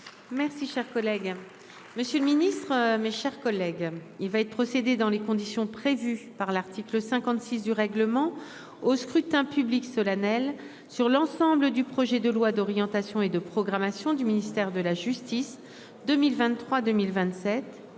et plus respectueuse des droits et des libertés. Il va être procédé, dans les conditions prévues par l'article 56 du règlement, au scrutin public solennel sur l'ensemble du projet de loi d'orientation et de programmation du ministère de la justice 2023-2027